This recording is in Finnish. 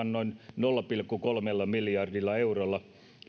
noin nolla pilkku kolmella miljardilla eurolla